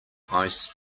ice